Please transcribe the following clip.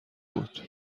بود